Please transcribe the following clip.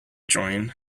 join